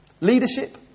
Leadership